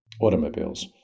automobiles